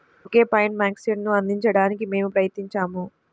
ఒకే point యాక్సెస్ను అందించడానికి మేము ప్రయత్నించాము